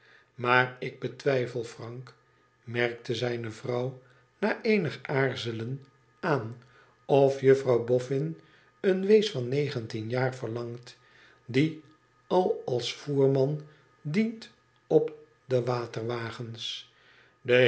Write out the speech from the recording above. maar ik betwijfel frank merkte zijne vrouw na eenig aarzelen aan lof juffrouw boffin een wees van negentien jaar verlangt die al als toerman dient op de